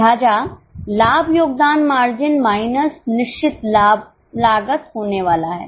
लिहाजा लाभ योगदान मार्जिन माइनस निश्चित लागत होने वाला है